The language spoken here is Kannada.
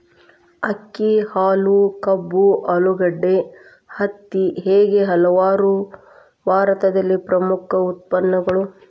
ಅಕ್ಕಿ, ಹಾಲು, ಕಬ್ಬು, ಆಲೂಗಡ್ಡೆ, ಹತ್ತಿ ಹೇಗೆ ಹಲವಾರು ಭಾರತದಲ್ಲಿ ಪ್ರಮುಖ ಉತ್ಪನ್ನಗಳು